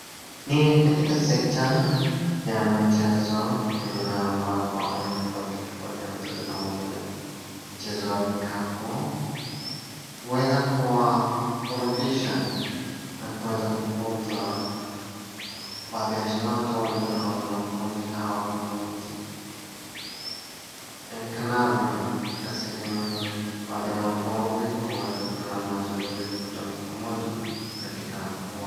Ni katika sekta ya michezo kwenye na ambako aina tofauti tofauti ya michezo kama vile mchezo wa vikapu huweza kuwa hurudisha na kuweza kukuza baadhi ya talanta walizo nazo wanafunzi hawa kama jinsi ionekanavyo katika sehemu hii, baadhi ya wanafunzi huweza ama wachezaji kukutana pamoja katika uwanja.